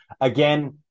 again